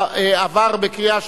נתקבל.